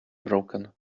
broken